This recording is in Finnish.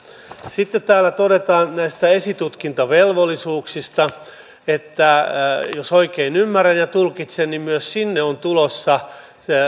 sitten täällä todetaan näistä esitutkintavelvollisuuksista jos oikein ymmärrän ja tulkitsen että myös sinne on tulossa